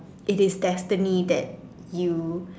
it is destiny that you